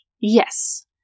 Yes